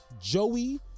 Joey